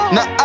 Now